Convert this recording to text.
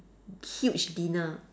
huge dinner